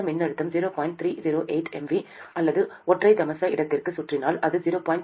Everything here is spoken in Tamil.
308 mV அல்லது ஒற்றை தசம இடத்திற்குச் சுற்றினால் அது 0